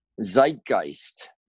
zeitgeist